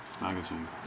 magazine